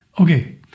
Okay